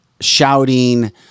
shouting